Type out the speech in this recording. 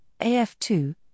AF2